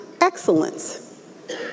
excellence